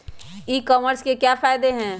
ई commerce के क्या फायदे हैं?